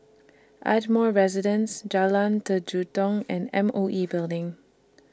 Ardmore Residence Jalan and M O E Building